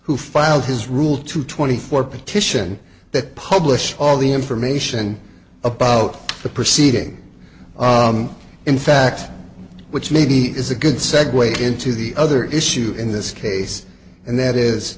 who filed his rule to twenty four petition that published all the information about the proceeding in fact which maybe is a good segue into the other issue in this case and that is